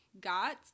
got